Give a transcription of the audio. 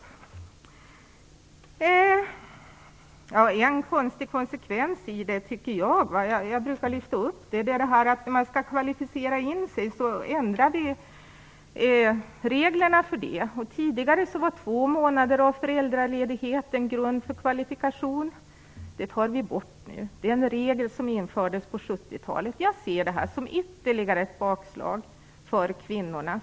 Jag brukar lyfta fram en konstig konsekvens av förslaget. Det gäller att man ändrar reglerna för att kvalificera in sig. Tidigare var två månader av föräldraledigheten grund för kvalifikation. Det tar man nu bort. Det är en regel som infördes på 1970-talet. Jag ser detta som ytterligare ett bakslag för kvinnorna.